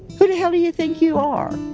who the hell do you think you are?